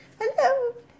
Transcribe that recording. hello